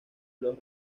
los